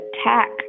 attack